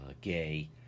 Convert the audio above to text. gay